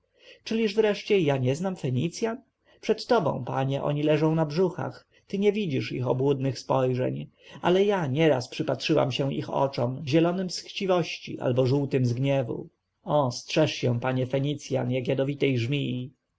czyliż wreszcie ja nie znam fenicjan przed tobą panie oni leżą na brzuchach ty nie widzisz ich obłudnych spojrzeń ale ja nieraz przypatrzyłam się ich oczom zielonym z chciwości albo żółtym z gniewu o strzeż się panie fenicjan jak jadowitej żmii